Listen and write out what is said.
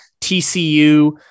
TCU